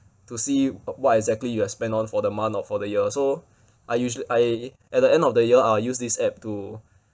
to see what exactly you have spent on for the month or for the year so I usual~ I at the end of the year I'll use this app to